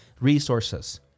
resources